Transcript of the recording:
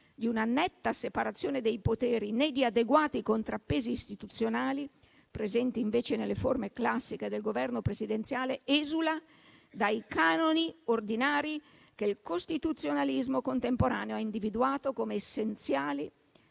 di una netta separazione dei poteri né di adeguati contrappesi istituzionali, presenti invece nelle forme classiche del Governo presidenziale, esula dai canoni ordinari che il costituzionalismo contemporaneo ha individuato come essenziali